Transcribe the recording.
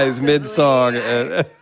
mid-song